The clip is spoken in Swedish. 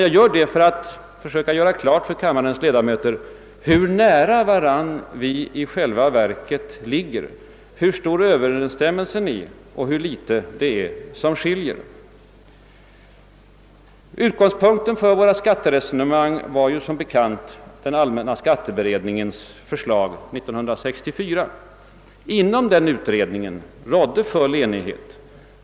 Jag gör det för att försöka göra klart för kammarens ledamöter hur nära varandra vi i själva verket ligger, hur stor överensstämmelsen är och hur litet det är som skiljer. Utgångspunkten för våra skatteresonemang var som bekant den allmänna skatteberedningens förslag år 1964. Inom den utredningen rådde full enighet.